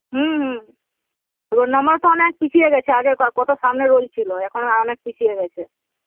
হুম হুম roll number তো অনেক পিছিয়ে গেছে আগে কত সামনে রোল ছিল এখন অনেক পিছিয়ে গেছে